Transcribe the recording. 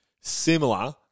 similar